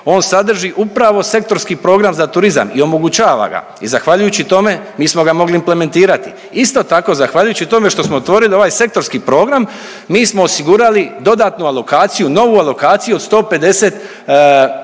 on sadrži upravo sektorski program za turizam i omogućava ga i zahvaljujući tome mi smo ga mogli implementirati. Isto tako zahvaljujući tome što smo otvorili ovaj sektorski program mi smo osigurali dodatnu alokaciju, novu alokaciju od 150,